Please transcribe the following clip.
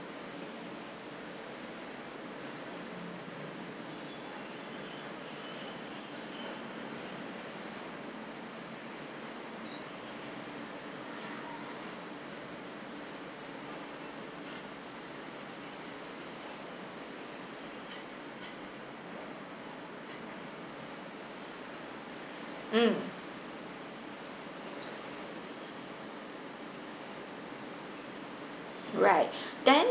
mm right then